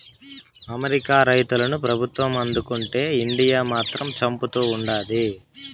America రైతులను ప్రభుత్వం ఆదుకుంటే ఇండియా మాత్రం చంపుతా ఉండాది